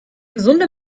gesunde